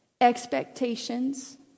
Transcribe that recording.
expectations